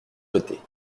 jetées